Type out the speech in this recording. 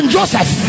Joseph